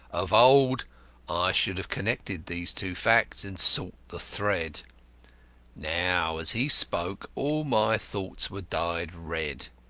of old i should have connected these two facts and sought the thread now, as he spoke, all my thoughts were dyed red.